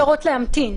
יש אפשרות להמתין.